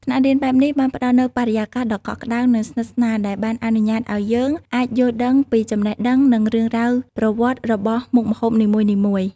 ថ្នាក់រៀនបែបនេះបានផ្តល់នូវបរិយាកាសដ៏កក់ក្តៅ និងស្និទ្ធស្នាលដែលបានអនុញ្ញាតឱ្យយើងអាចយល់ដឹងពីចំណេះដឹងនិងរឿងរ៉ាវប្រវត្តិរបស់មុខម្ហូបនិមួយៗ។